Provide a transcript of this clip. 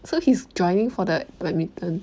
so he's joining for the badminton